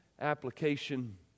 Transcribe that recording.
Application